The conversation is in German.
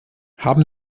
haben